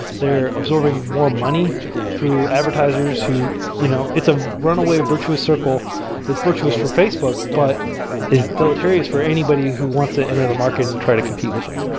they're absorbing more money through advertisers who you know it's a runaway virtuous circle that's virtuous for facebook, but is deleterious for anybody who wants to enter the market and try to compete with them.